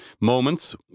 Moments